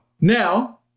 Now